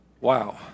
wow